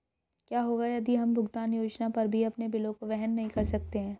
क्या होगा यदि हम भुगतान योजना पर भी अपने बिलों को वहन नहीं कर सकते हैं?